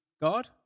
God